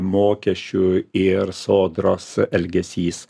mokesčių ir sodros elgesys